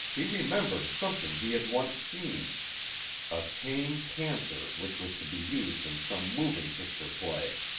he remembered something he had once seen a tame panther which was to be used in some moving-picture play.